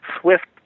swift